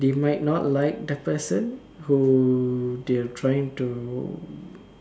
they might not like the person who they are trying to